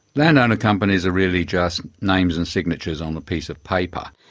landowner companies are really just names and signatures um a piece of paper.